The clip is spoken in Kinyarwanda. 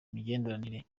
imigenderanire